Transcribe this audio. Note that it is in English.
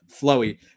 flowy